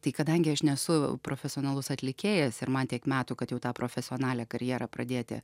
tai kadangi aš nesu profesionalus atlikėjas ir man tiek metų kad jau tą profesionalią karjerą pradėti